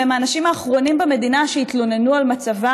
והם האנשים האחרונים במדינה שיתלוננו על מצבם.